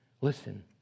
Listen